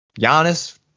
Giannis